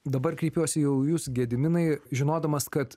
dabar kreipiuosi jau į jūs gediminai žinodamas kad